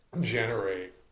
generate